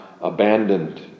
abandoned